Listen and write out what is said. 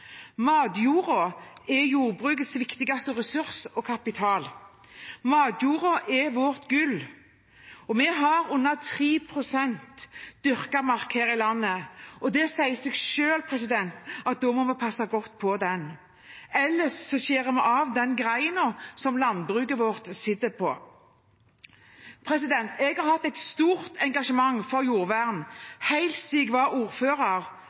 er jordbrukets viktigste ressurs og kapital. Matjorda er vårt gull. Vi har under 3 pst. dyrket mark her i landet, og det sier seg selv at da må vi passe godt på den. Ellers skjærer vi av den greina som landbruket vårt sitter på. Jeg har hatt et stort engasjement for jordvern helt siden jeg var ordfører,